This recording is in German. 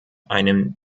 einem